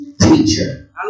teacher